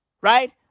Right